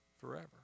forever